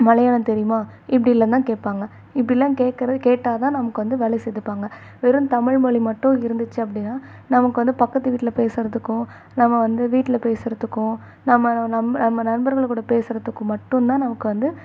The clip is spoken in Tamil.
மலையாளம் தெரியுமா இப்படில்லாந்தான் கேட்பாங்க இப்பட்லாம் கேட்குறது கேட்டால்தான் நமக்கு வந்து வேலையில் சேர்த்துப்பாங்க வெறும் தமிழ்மொழி மட்டும் இருந்துச்சு அப்படின்னா நமக்கு வந்து பக்கத்து வீட்டில பேசுகிறதுக்கும் நம்ம வந்து வீட்டில பேசுகிறதுக்கும் நம்மளை நண்ப நம்ம நண்பர்கள் கூட பேசுகிறத்துக்கும் மட்டுந்தான் நமக்கு வந்து